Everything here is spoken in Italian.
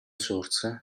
source